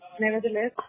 nevertheless